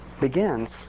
begins